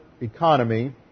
economy